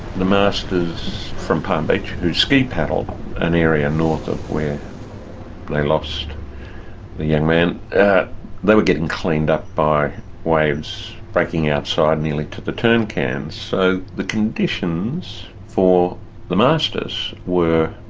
the masters from palm beach, who ski paddle an area north of where they lost the young man, they were getting cleaned up by waves breaking outside nearly to the turn cans. so the conditions for the masters were